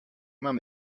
mum